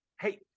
Hey